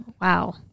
Wow